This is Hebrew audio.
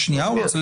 ויותר מזה,